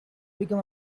become